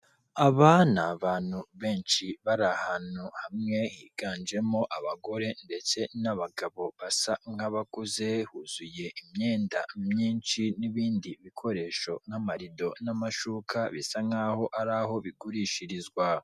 Abana ni abantu benshi bari ahantu hamwe higanjemo abagore ndetse n'abagabo basa nkabakuze, huzuye imyenda myinshi n'ibindi bikoresho nk'amarido n'amashuka bisa nkaho ari aho bigurishirizwa.